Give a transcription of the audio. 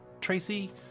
Tracy